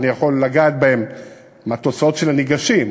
של הניגשים,